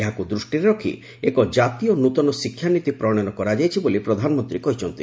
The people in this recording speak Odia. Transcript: ଏହାକୁ ଦୃଷ୍ଟିରେ ରଖି ଏକ ଜାତୀୟ ନୂଆ ଶିକ୍ଷାନୀତି ପ୍ରଶୟନ କରାଯାଇଛି ବୋଲି ପ୍ରଧାନମନ୍ତ୍ରୀ କହିଛନ୍ତି